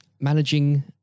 managing